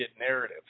narrative